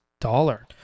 dollar